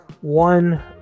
one